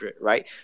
right